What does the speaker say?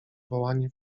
wołanie